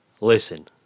Listen